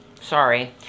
Sorry